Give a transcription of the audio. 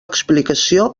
explicació